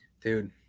dude